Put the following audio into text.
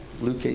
Luke